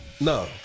No